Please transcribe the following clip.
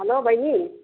hello बहिनी